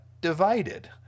divided